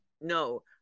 No